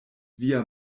via